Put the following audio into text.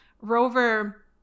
rover